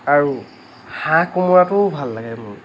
আৰু হাঁহ কোমোৰাটোও ভাল লাগে মোৰ